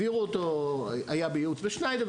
הוא היה בייעוץ בשניידר,